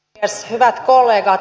hyvät kollegat